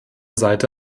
seite